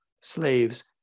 slaves